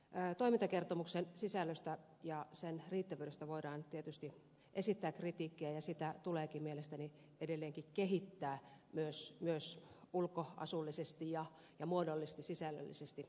toimintakertomuksen sisällöstä ja sen riittävyydestä voidaan tietysti esittää kritiikkiä ja sitä tuleekin mielestäni edelleenkin kehittää myös ulkoasullisesti ja muodollisesti sisällöllisesti yhtä lailla